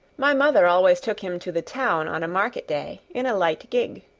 my mother always took him to the town on a market day in a light gig.